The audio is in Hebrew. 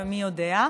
מי יודע.